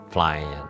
flying